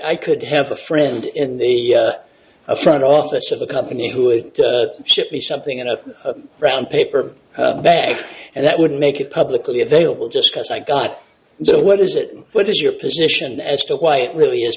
i could have a friend in the front office of a company who is ship me something in a brown paper bag and that would make it publicly available just because i got so what is it what is your position as to why it really is